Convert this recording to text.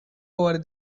over